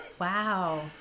Wow